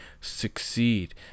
succeed